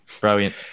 Brilliant